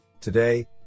Today